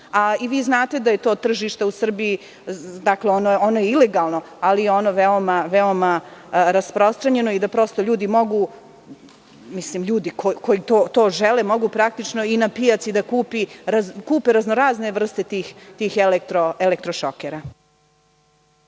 Vi znate da je to tržište u Srbiji, ono je ilegalno, ali je ono veoma rasprostranjeno i da prosto ljudi mogu, ljudi koji to žele, mogu praktično i na pijaci da kupe raznorazne vrste tih elektrošokera.